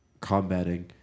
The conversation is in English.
Combating